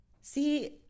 See